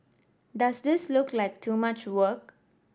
does this look like too much work